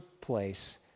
place